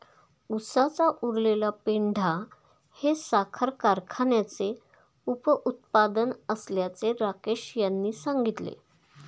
उसाचा उरलेला पेंढा हे साखर कारखान्याचे उपउत्पादन असल्याचे राकेश यांनी सांगितले